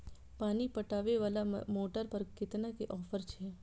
पानी पटवेवाला मोटर पर केतना के ऑफर छे?